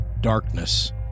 Darkness